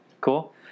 Cool